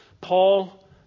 Paul